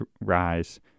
rise